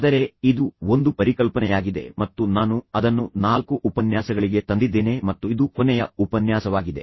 ಆದರೆ ಇದು ಒಂದು ಪರಿಕಲ್ಪನೆಯಾಗಿದೆ ಮತ್ತು ನಾನು ಅದನ್ನು 4 ಉಪನ್ಯಾಸಗಳಿಗೆ ತಂದಿದ್ದೇನೆ ಮತ್ತು ಇದು ಕೊನೆಯ ಉಪನ್ಯಾಸವಾಗಿದೆ